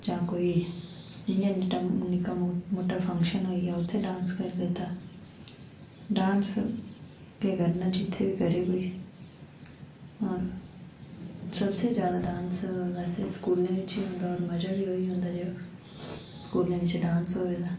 जां इयां कोई निक्का मुट्टा फंक्शन होइया उत्थें डांस करी लैत्ता डांस केह् करना जित्थै बी करै कोई और सब तो जादा डांस स्कूलें च गै होंदा और मजा बी उऐं होंदा स्कूलैं बिच्च डांस होई तां